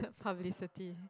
publicity